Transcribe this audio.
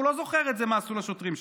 והוא לא זוכר מה עשו לשוטרים שלו.